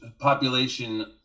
population